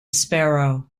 sparrow